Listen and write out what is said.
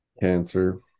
cancer